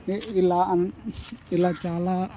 ఇలా ఇలా చాలా